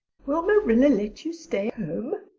will marilla let you stay home?